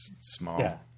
Small